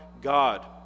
God